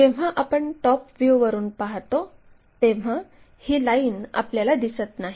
जेव्हा आपण टॉप व्ह्यूवरून पाहतो तेव्हा ही लाईन आपल्याला दिसत नाही